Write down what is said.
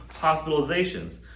hospitalizations